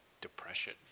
Depression